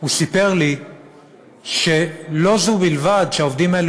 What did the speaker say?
הוא סיפר לי שלא זו בלבד שהעובדים האלה